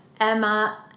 Emma